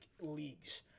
leagues